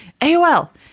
AOL